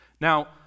Now